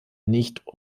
nicht